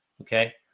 Okay